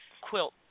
quilt